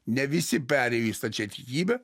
ne visi perėjo į stačiatikybę